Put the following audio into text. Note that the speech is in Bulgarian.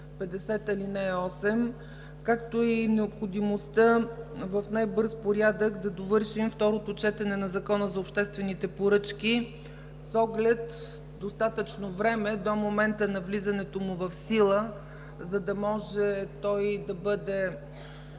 50, ал. 8, както и необходимостта в най-бърз порядък да довършим второто четене на Закона за обществените поръчки, с оглед достатъчно време до момента на влизането му в сила, за да може с него да